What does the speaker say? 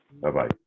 Bye-bye